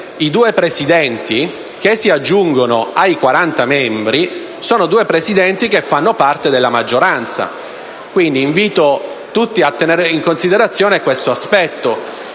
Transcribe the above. i due Presidenti che si aggiungono ai quaranta membri fanno parte della maggioranza. Quindi, invito tutti a tenere in considerazione questo aspetto.